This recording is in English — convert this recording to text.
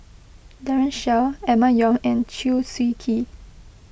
Daren Shiau Emma Yong and Chew Swee Kee